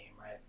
right